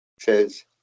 says